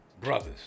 brothers